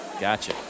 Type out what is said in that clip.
Gotcha